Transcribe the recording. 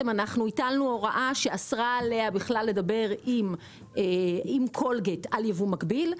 אנחנו הטלנו הוראה שאסרה עליה לדבר עם קולגייט על ייבוא מקביל,